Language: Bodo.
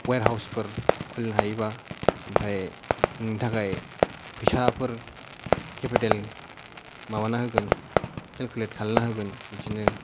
वेर हाउस फोर खुलिनो हायोब्ला ओमफ्राय नोंनि थाखाय फैसाफोर केफिथेल माबाना होगोन केलकुलेथ खालामना होगोन बिदिनो